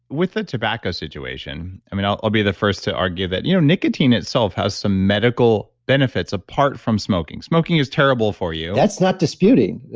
with the tobacco situation, i mean i'll i'll be the first to argue that you know nicotine itself has some medical benefits apart from smoking. smoking is terrible for you that's not disputing.